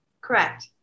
Correct